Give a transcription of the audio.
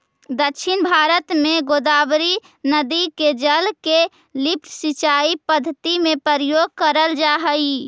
दक्षिण भारत में गोदावरी नदी के जल के लिफ्ट सिंचाई पद्धति में प्रयोग करल जाऽ हई